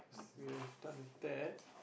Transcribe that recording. guess we're done with that